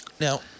now